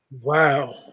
Wow